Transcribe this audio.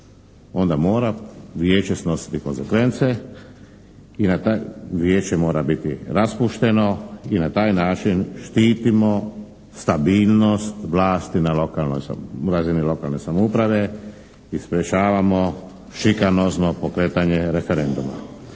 onda mora Vijeće snositi konsekvence, Vijeće mora biti raspušteno i na taj način štitimo stabilnost vlasti na razini lokalne samouprave i sprječavamo šikanozno pokretanje referenduma.